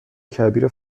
کبیر